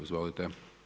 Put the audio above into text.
Izvolite.